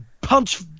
punch